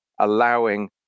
allowing